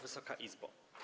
Wysoka Izbo!